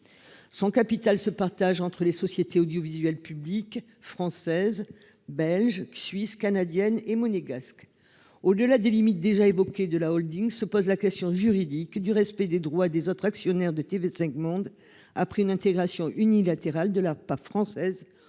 Son capital se partage entre les sociétés audiovisuelles publiques françaises belges que suisse canadienne et monégasque au lieu la délimite déjà évoqué de la Holding se pose la question juridique du respect des droits des autres actionnaires de TV5 Monde, a pris une intégration unilatérale de la part française au